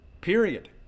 Period